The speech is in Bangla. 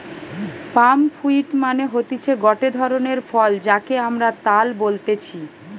পাম ফ্রুইট মানে হতিছে গটে ধরণের ফল যাকে আমরা তাল বলতেছি